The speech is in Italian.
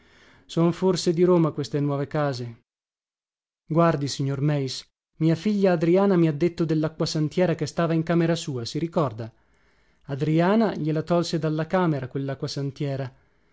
son forse di roma queste nuove case guardi signor meis mia figlia adriana mi ha detto dellacquasantiera che stava in camera sua si ricorda adriana gliela tolse dalla camera quellacquasantiera